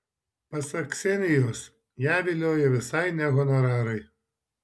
pasak ksenijos ją vilioja visai ne honorarai